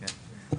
כן.